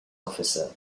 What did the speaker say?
officer